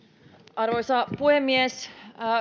arvoisa puhemies